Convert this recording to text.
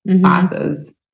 classes